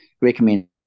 recommend